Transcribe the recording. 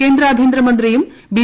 കേന്ദ്ര ആഭൃന്തര മന്ത്രിയും ബി